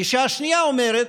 הגישה השנייה אומרת: